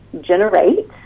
generate